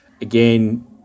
again